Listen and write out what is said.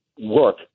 work